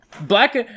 black